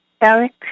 Eric